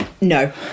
no